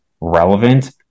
relevant